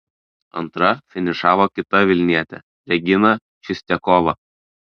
antra finišavo kita vilnietė regina čistiakova